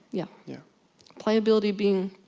yeah yeah pliability being,